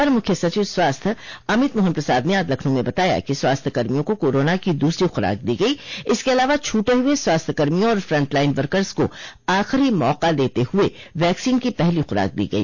अपर मुख्य सचिव स्वास्थ्य अमित मोहन प्रसाद ने आज लखनऊ में बताया कि स्वास्थ्य कर्मियों को कोरोना की दूसरी खुराक दी गई इसके अलावा छूटे हुए स्वास्थ्य कर्मियों और फ्रंट लाइन वर्कस को आखिरी मौका देते हुए वैक्सीन की पहली खुराक दी गई